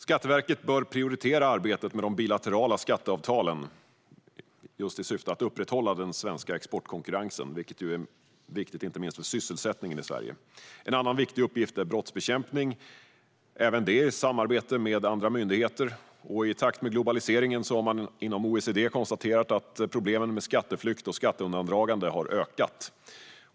Skatteverket bör prioritera arbetet med de bilaterala skatteavtalen i syfte att upprätthålla den svenska exportkonkurrensen, vilket är viktigt inte minst för sysselsättningen i Sverige. En annan viktig uppgift är brottsbekämpning, även det i samarbete med andra myndigheter. I takt med globaliseringen har man inom OECD konstaterat att problemen med skatteflykt och skatteundandragande har ökat.